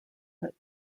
but